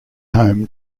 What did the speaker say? home